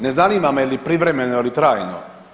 Ne zanima me je li privremeno ili trajno.